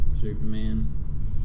Superman